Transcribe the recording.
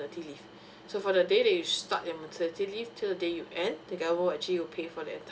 leave so from the day that you start your maternity leave till the day you end the government actually will pay for the entire